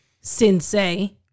sensei